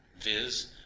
viz